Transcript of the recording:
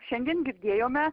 šiandien girdėjome